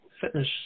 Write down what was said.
fitness